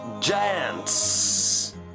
giants